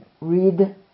read